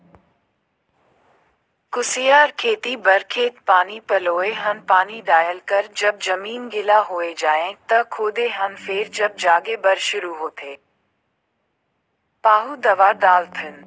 कुसियार खेती बर खेत पानी पलोए हन पानी डायल कर जब जमीन गिला होए जाथें त खोदे हन फेर जब जागे बर शुरू होथे पाहु दवा डालथन